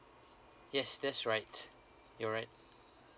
yes that's right you're right